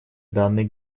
данной